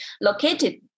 located